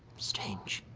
strange.